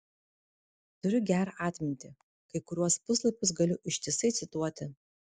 turiu gerą atmintį kai kuriuos puslapius galiu ištisai cituoti